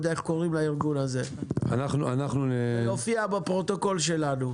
זה יופיע בפרוטוקול שלנו.